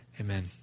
Amen